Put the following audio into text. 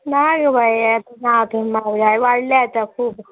ना गे बाये म्हारगाय वाडल्या आतां खूब